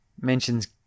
mentions